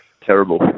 terrible